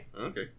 Okay